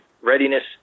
readiness